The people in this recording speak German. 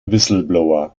whistleblower